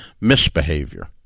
misbehavior